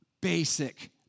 Basic